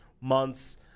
months